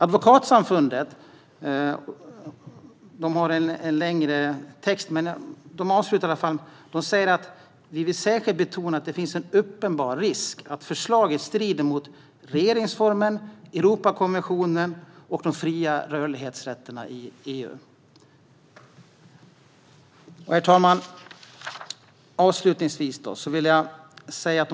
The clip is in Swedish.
Advokatsamfundet har en längre text men avslutar med att betona att det finns en uppenbar risk att förslaget strider mot regeringsformen, Europakonventionen och rätten till fri rörlighet i EU. Herr talman!